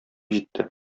җитте